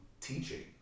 teaching